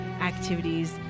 activities